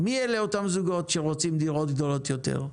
מי אלה אותם זוגות שרוצים דירות גדולות יותר?